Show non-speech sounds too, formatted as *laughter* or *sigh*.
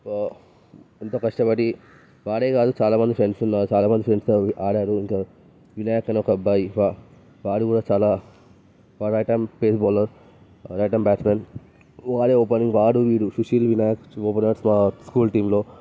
ఎంతో కష్టపడి వాడే కాదు చాలా మంది ఫ్రెండ్స్ ఉన్నా చాలా మంది ఫ్రెండ్స్తో ఆడారు ఇంకా వినాయక్ అనే ఒక అబ్బాయి వాడు కూడా చాలా ఒకొక టైం స్పిన్ బౌలర్ *unintelligible* బ్యాట్స్మెన్ వాడే వాడు వీడు సుశీల్ వినాయక్ ప్లేయర్స్ స్కూల్ టీమ్లో